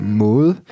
måde